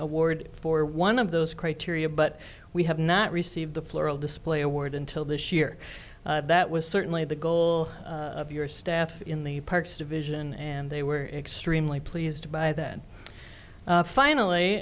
award for one of those criteria but we have not received the floral display award until this year that was certainly the goal of your staff in the parks division and they were extremely pleased by then finally